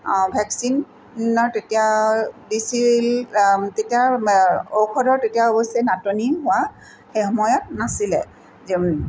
ভেক্সিনৰ তেতিয়া বেছি তেতিয়া ঔষধৰ তেতিয়া অৱশ্যে নাটনি হোৱা সেইসময়ত নাছিলে